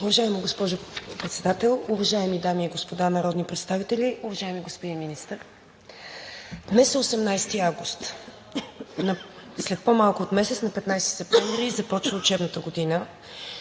Уважаема госпожо Председател, уважаеми дами и господа народни представители, уважаеми господин Министър! Днес е 18 август, след по-малко от месец – на 15 септември, започва учебната година